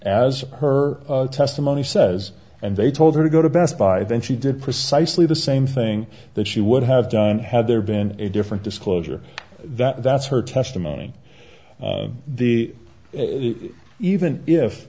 as her testimony says and they told her to go to best buy then she did precisely the same thing that she would have done had there been a different disclosure that that's her testimony the even if